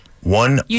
One